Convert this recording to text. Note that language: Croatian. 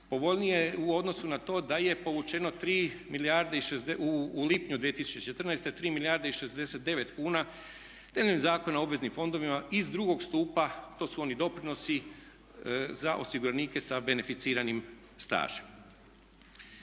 povoljnije u odnosu na to da je povučeno u lipnju 2014. 3 milijarde i 69 kuna temeljem Zakona o obveznim fondovima iz drugog stupa. To su oni doprinosi za osiguranike sa beneficiranim stažem.